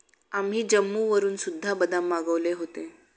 आम्ही जम्मूवरून सुद्धा बदाम मागवले होते